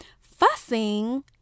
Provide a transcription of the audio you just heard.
fussing